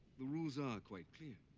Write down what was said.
the rules are quite clear.